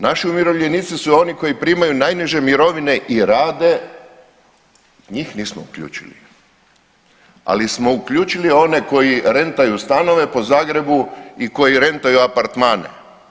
Naši umirovljenici su oni koji primaju najniže mirovine i rade, njih nismo uključili, ali smo uključili one koji rentaju stanove po Zagrebu i koji rentaju apartmane.